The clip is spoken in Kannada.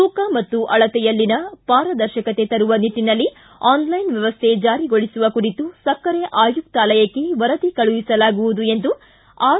ತೂಕ ಮತ್ತು ಅಳತೆನಲ್ಲಿ ಪಾರದರ್ಶಕತೆ ತರುವ ನಿಟ್ಟನಲ್ಲಿ ಆನ್ಲೈನ್ ವ್ಯವಸ್ಥೆ ಚಾರಿಗೊಳಿಸುವ ಕುರಿತು ಸಕ್ಕರೆ ಆಯುಕ್ತಾಲಯಕ್ಕೆ ವರದಿ ಕಳಿಸಲಾಗುವುದು ಆರ್